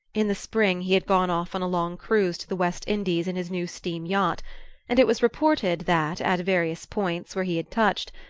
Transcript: in the spring he had gone off on a long cruise to the west indies in his new steam-yacht, and it was reported that, at various points where he had touched,